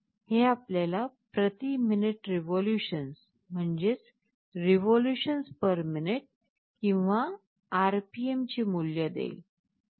हे आपल्याला प्रति मिनिट रिव्होल्यूशन्स किंवा RPM चे मूल्य देईल